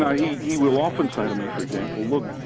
know, he he will often say to me, for example, look,